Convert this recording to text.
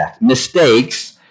mistakes